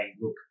look